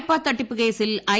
വായ്പാ തട്ടിപ്പുകേസിൽ ഐ